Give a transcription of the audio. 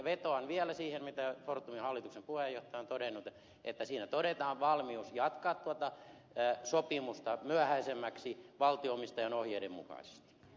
vetoan vielä siihen mitä fortumin hallituksen puheenjohtaja on todennut että siinä todetaan valmius jatkaa tuota sopimusta myöhäisemmäksi valtio omistajan ohjeiden mukaisesti